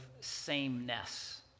sameness